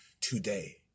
today